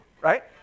Right